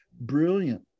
brilliant